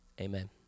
amen